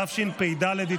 התשפ"ד 2023,